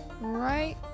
Right